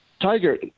Tiger